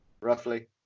roughly